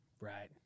Right